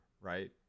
right